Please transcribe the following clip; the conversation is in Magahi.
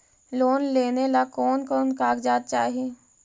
लोन लेने ला कोन कोन कागजात चाही?